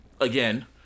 again